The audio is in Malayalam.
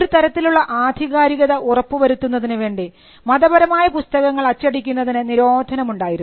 ഒരു തരത്തിലുള്ള ആധികാരികത ഉറപ്പു വരുത്തുന്നതിനു വേണ്ടി മതപരമായ പുസ്തകങ്ങൾ അച്ചടിക്കുന്നതിന് നിരോധനം ഉണ്ടായിരുന്നു